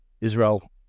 Israel